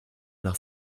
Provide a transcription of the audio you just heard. nach